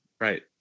right